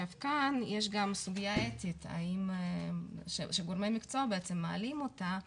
כאן יש גם סוגיה אתית, שגורמי מקצוע מעלים אותה.